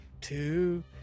two